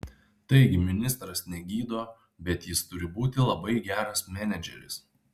taigi ministras negydo bet jis turi būti labai geras menedžeris